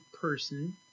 person